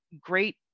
great